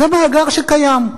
זה מאגר שקיים,